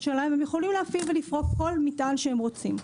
שלהם הם יכולים להפעיל ולפרוק כל מטען שהם רוצים.